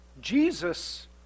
Jesus